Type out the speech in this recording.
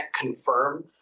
confirm